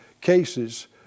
cases